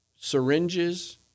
syringes